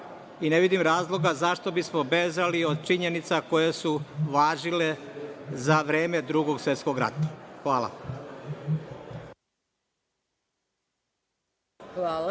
i ne vidim razloga zašto bismo bežali od činjenica koje su važile za vreme Drugog svetskog rata. Hvala.